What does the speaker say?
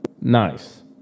Nice